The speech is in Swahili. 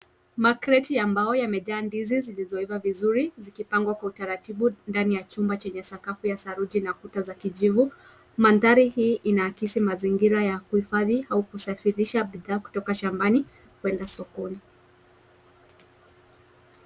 Makreti ya mbao yamejaa ndizi zilizoiva vizuri zikipangwa kwa utaratibu ndani ya chumba chenye sakafu ya saruji na kuta za kijivu. Mandhari hii inaakisi mazingira ya kuhifadhi au kusafirisha bidhaa kutoka shambani kuenda sokoni.